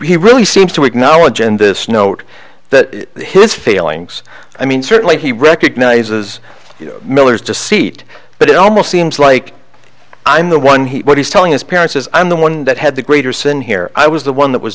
he really seems to acknowledge in this note that his failings i mean certainly he recognizes miller's deceit but it almost seems like i'm the one he what he's telling his parents is i'm the one that had the greater sin here i was the one that was